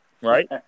Right